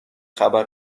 خبر